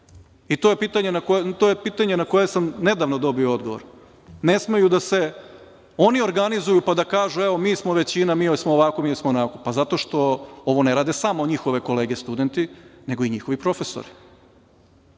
to je pitanje na koje sam dobio odgovor, ne smeju da se oni organizuju pa da kažu – evo mi smo većina, mi smo ovako, mi smo onako? Zato što ovo ne rade samo njihove kolege studenti, nego i njihovi profesori. Onda